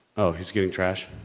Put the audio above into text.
oh, he's getting trashed?